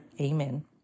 Amen